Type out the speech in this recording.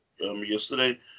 yesterday